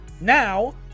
Now